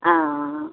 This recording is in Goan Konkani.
आं